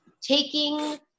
taking